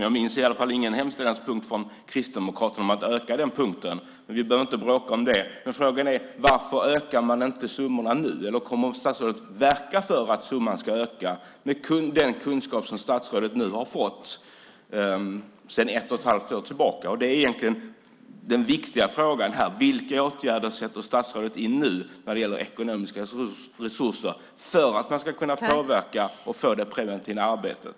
Jag minns ingen hemställanspunkt från Kristdemokraterna om att öka på den punkten. Men vi behöver inte bråka om det. Men frågan är: Varför ökar man inte summorna nu? Eller kommer statsrådet att verka för att summan ska öka, med den kunskap som statsrådet nu har fått sedan ett och ett halvt år tillbaka? Det är egentligen den viktiga frågan här: Vilka åtgärder sätter statsrådet in nu när det gäller ekonomiska resurser för att man ska kunna påverka och för det preventiva arbetet?